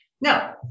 No